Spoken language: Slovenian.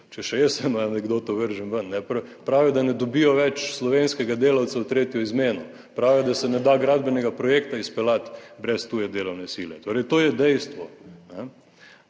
če še jaz eno anekdoto vržem ven, pravijo, da ne dobijo več slovenskega delavca v tretjo izmeno, pravijo, da se ne da gradbenega projekta izpeljati brez tuje delovne sile. Torej, to je dejstvo.